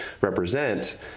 represent